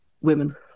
women